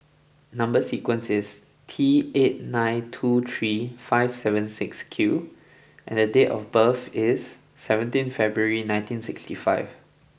number sequence is T eight nine two three five seven six Q and date of birth is seventeen February nineteen sixty five